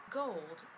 gold